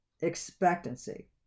Expectancy